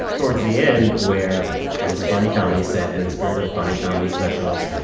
towards the end where this funny comedy set in the spirit of funny comedy specials,